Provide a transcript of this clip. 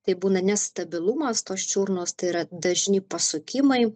tai būna nestabilumas tos čiurnos tai yra dažni pasukimai